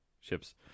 Ships